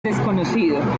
desconocido